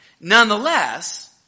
Nonetheless